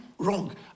wrong